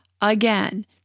again